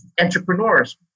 entrepreneurs